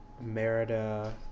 Merida